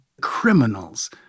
criminals